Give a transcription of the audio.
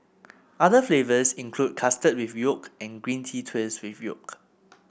other flavours include custard with yolk and green tea twist with yolk